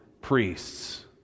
priests